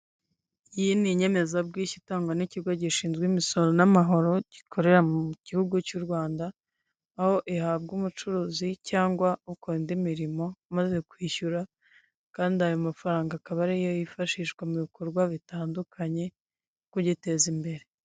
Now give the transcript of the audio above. Iyi ni inyemezabwishyu itangwa n'ikigo gishinzwe imisoro n'amahoro gikorera mu gihugu cy'u Rwanda aho ihabwa umucuruzi cyangwa ukora indi mirimo maze kwishyura kandi ayo mafaranga akaba ariyo yifashishwa mu bikorwa bitandukanye mugiteza imbere.